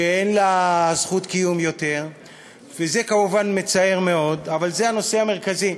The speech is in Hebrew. שאין לה זכות קיום יותר וזה כמובן מצער מאוד אבל זה הנושא המרכזי.